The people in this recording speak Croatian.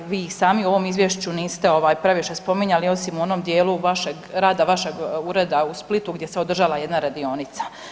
Vi ih sami u ovom izvješću niste previše spominjali osim u onom dijelu rada vašeg ureda u Splitu gdje se održala jedna radionica.